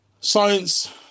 science